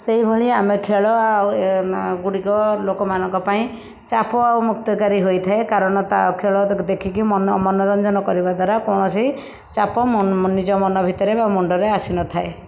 ସେହିଭଳିଆ ଆମେ ଖେଳ ଆଉ ଏହି ଗୁଡ଼ିକ ଲୋକମାନଙ୍କ ପାଇଁ ଚାପ ମୁକ୍ତକାରୀ ହୋଇଥାଏ କାରଣ ତା ଖେଳ ଦେଖିକି ମନ ମନୋରଞ୍ଜନ କରିବା ଦ୍ଵାରା କୌଣସି ଚାପ ନିଜ ମନ ଭିତରେ ବା ମୁଣ୍ଡରେ ଆସିନଥାଏ